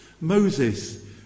Moses